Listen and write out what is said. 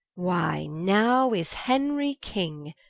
why now is henry king,